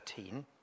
13